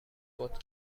فوت